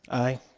aye.